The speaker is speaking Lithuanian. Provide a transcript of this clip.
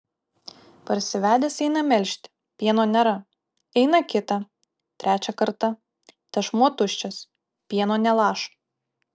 parsivedęs eina melžti pieno nėra eina kitą trečią kartą tešmuo tuščias pieno nė lašo